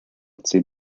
zehn